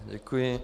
Děkuji.